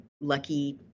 lucky